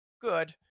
good